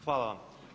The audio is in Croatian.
Hvala vam.